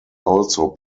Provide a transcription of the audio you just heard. also